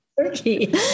turkey